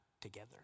together